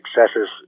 successes